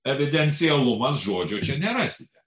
evidencialumas žodžio čia nerasite